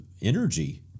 energy